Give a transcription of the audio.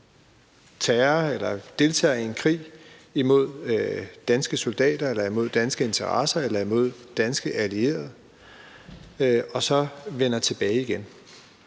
eller deltager i en krig imod danske soldater eller imod danske interesser eller imod danske allierede – og så vender tilbage igen.